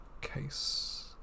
case